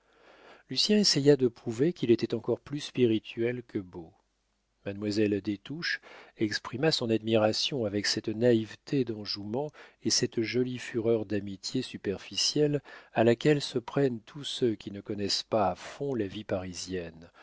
lucien essaya de prouver qu'il était encore plus spirituel que beau mademoiselle des touches exprima son admiration avec cette naïveté d'enjouement et cette jolie fureur d'amitié superficielle à laquelle se prennent tous ceux qui ne connaissent pas à fond la vie parisienne